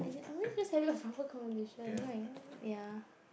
as in I mean just having a proper conversation like ya